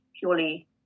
purely